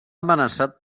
amenaçat